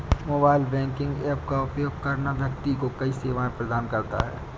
mobile banking app का उपयोग करना व्यक्ति को कई सेवाएं प्रदान करता है